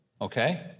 Okay